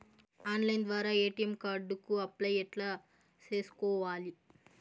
Online ద్వారా ATM card కు apply ఎట్లా సేసుకోవాలి?